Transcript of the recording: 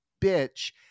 Bitch